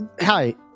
Hi